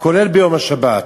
כולל ביום השבת.